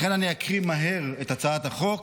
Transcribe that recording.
לכן אני אקריא מהר את הצעת החוק,